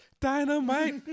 Dynamite